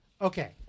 Okay